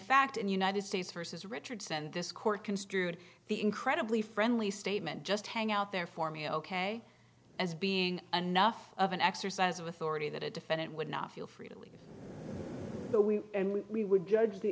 fact in united states versus richards and this court construed the incredibly friendly statement just hang out there for me ok as being enough of an exercise of authority that a defendant would not feel free to leave the we and we we would judge the